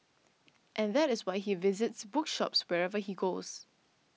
and that is why he visits bookshops wherever he goes